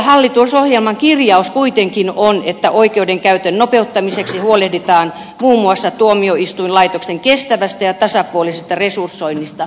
hallitusohjelman kirjaus kuitenkin on että oikeudenkäytön nopeuttamiseksi huolehditaan muun muassa tuomioistuinlaitoksen kestävästä ja tasapuolisesta resursoinnista